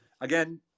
Again